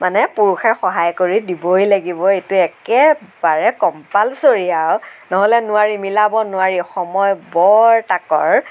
মানে পুৰুষে সহায় কৰি দিবই লাগিব এইটো একেবাৰে কমপালচ'ৰী আৰু নহ'লে নোৱাৰি মিলাব নোৱাৰি সময় বৰ তাকৰ